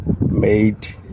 made